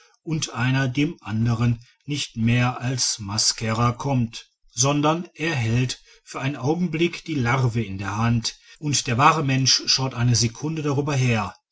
und einer dem andern nicht mehr als maskerer kommt sondern er hält für einen augenblick die larve in der hand und der wahre mensch schaut eine sekunde darüber her